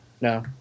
no